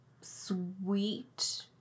sweet